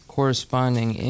Corresponding